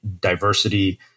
diversity